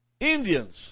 Indians